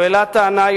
הוא העלה טענה,